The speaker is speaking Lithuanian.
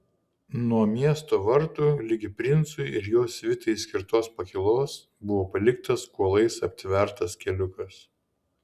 nuo miesto vartų ligi princui ir jo svitai skirtos pakylos buvo paliktas kuolais aptvertas keliukas